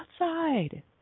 outside